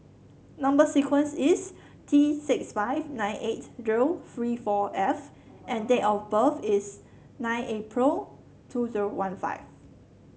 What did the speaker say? number sequence is T six five nine eight zero three four F and date of birth is nine April two zero one five